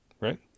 right